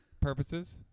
purposes